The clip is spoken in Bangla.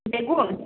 বেগুন